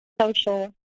social